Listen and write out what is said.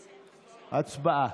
הצבעה.